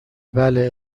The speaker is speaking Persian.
بله